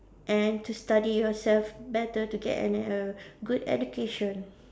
and to study yourself better to get an err good education